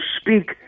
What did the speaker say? speak